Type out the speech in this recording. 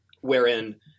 wherein